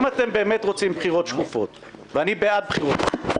אם אתם באמת רוצים בחירות שקופות ואני בעד בחירות שקופות,